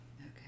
Okay